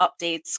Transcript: updates